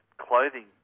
clothing